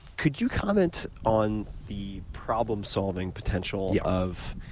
could you comment on the problem solving potential of